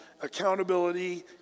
accountability